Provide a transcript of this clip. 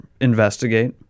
investigate